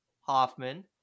Hoffman